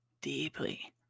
deeply